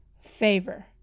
favor